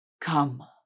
Come